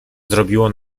zrobiło